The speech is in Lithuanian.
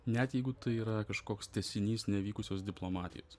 net jeigu tai yra kažkoks tęsinys nevykusios diplomatijos